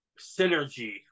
synergy